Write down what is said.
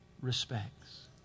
respects